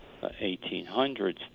1800s